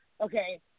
okay